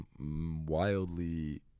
wildly